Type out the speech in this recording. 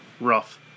rough